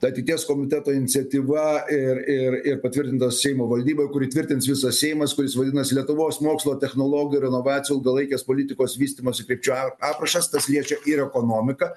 ateities komiteto iniciatyva ir ir ir patvirtintas seimo valdyboj kurį įtvirtins visas seimas kuris vadinasi lietuvos mokslo technologijų ir inovacijų ilgalaikės politikos vystymosi krypčių ap aprašas tas liečia ir ekonomiką